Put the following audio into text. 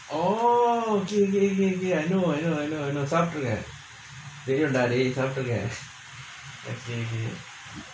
oh okay okay I know I know I know சாப்டுருக்க தெரியுன்டா:saapturukkae teriyundaa dey சாப்டுருக்க:saapturukkae okay okay